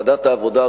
ועדת העבודה,